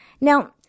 Now